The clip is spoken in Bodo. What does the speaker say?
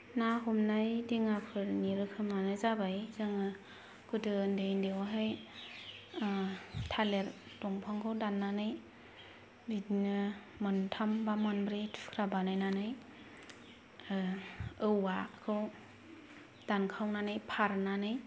ना हमनायनि दिङाफोरनि रोखोमानो जाबाय जोङो गोदो उन्दै उन्दैआवहाय थालेर दंफांखौ दाननानै बिदिनो मोनथाम बा मोनब्रै थुख्रा बानायनानै औवाखौ दानखावनानै फारनानै